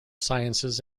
sciences